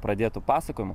mano pradėto pasakojimo